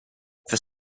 this